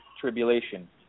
tribulation